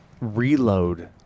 Reload